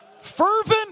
Fervent